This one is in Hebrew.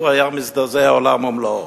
היה מזדעזע עולם ומלואו,